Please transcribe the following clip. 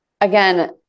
Again